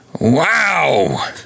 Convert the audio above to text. Wow